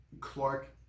Clark